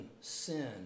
sin